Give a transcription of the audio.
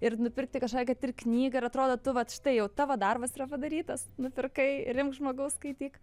ir nupirkti kažką kad ir knygą ir atrodo tu vat štai jau tavo darbas yra padarytas nupirkai ir imk žmogau skaityk